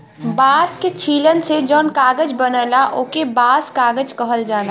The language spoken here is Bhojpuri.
बांस के छीलन से जौन कागज बनला ओके बांस कागज कहल जाला